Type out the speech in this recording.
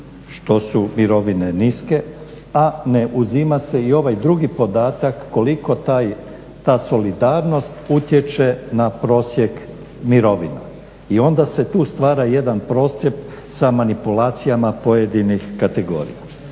što su mirovine niske, a ne uzima se i ovaj drugi podatak koliko ta solidarnost utječe na prosjek mirovina. I onda se tu stvara jedan procjep sa manipulacijama pojedinih kategorija.